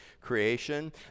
creation